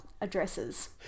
addresses